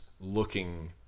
looking